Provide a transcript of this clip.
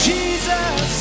Jesus